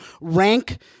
rank